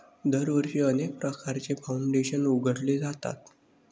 दरवर्षी अनेक प्रकारचे फाउंडेशन उघडले जातात